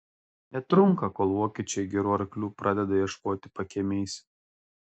netrunka kol vokiečiai gerų arklių pradeda ieškoti pakiemiais